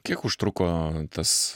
kiek užtruko tas